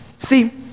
See